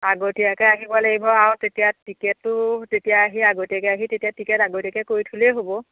আগতীয়াকৈ আহিব লাগিব আৰু তেতিয়া টিকেটটো তেতিয়া আহি আগতীয়াকৈ আহি তেতিয়া টিকেট আগতীয়াকৈ কৰি থ'লেই হ'ব